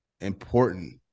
important